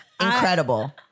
Incredible